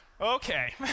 Okay